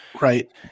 right